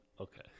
Okay